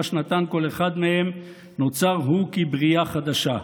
שנתן כל אחד מהם נוצר הוא כברייה חדשה.